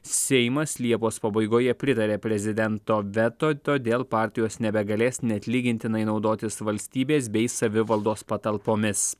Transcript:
seimas liepos pabaigoje pritarė prezidento veto todėl partijos nebegalės neatlygintinai naudotis valstybės bei savivaldos patalpomis